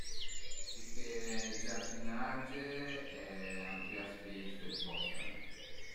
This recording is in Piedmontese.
Pi che giardinage a m'pias pi fe bosch a mi